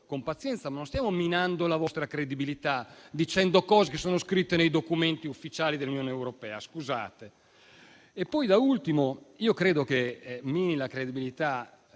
con pazienza, ma, scusate, non stiamo minando la vostra credibilità dicendo cose che sono scritte nei documenti ufficiali dell'Unione europea. Da ultimo, credo che mini la credibilità